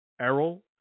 Errol